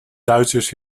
duitsers